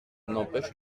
n’empêche